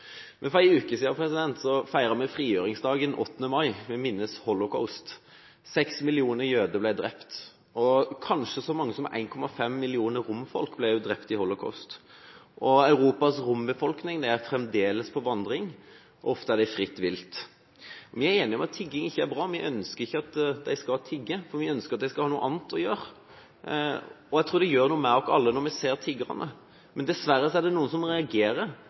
For en uke siden, den 8. mai, feiret vi frigjøringsdagen, og vi mintes holocaust-ofrene. 6 millioner jøder ble drept, og kanskje så mange som 1,5 millioner romfolk ble også drept i holocaust. Europas rombefolkning er fremdeles på vandring, ofte er de fritt vilt. Vi er enige om at tigging ikke er bra, vi ønsker ikke at de skal tigge – vi ønsker at de skal ha noe annet å gjøre. Jeg tror det gjør noe med oss alle når vi ser tiggerne. Men dessverre er det noen som reagerer,